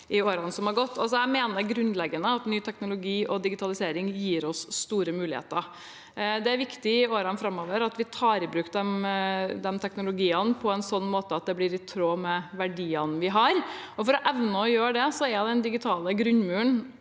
grunnleggende at ny teknologi og digitalisering gir oss store muligheter. Det er viktig at vi i årene framover tar i bruk de teknologiene på en sånn måte at det blir i tråd med verdiene vi har, og for å evne å gjøre det, er den digitale grunnmuren